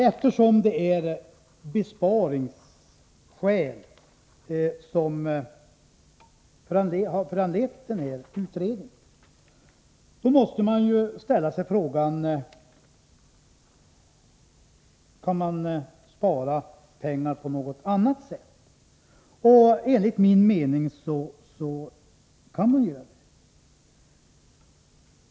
Eftersom det är besparingssträvanden som har föranlett den här utredningen, måste man ställa sig frågan: Kan man spara pengar på något annat sätt? Enligt min mening kan man göra det.